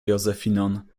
josefinon